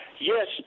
yes